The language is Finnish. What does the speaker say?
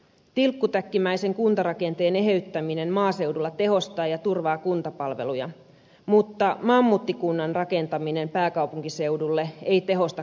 tilkkutäkkimäisen kuntarakenteen eheyttäminen maaseudulla tehostaa ja turvaa kuntapalveluja mutta mammuttikunnan rakentaminen pääkaupunkiseudulle ei tehosta kuntatalouksia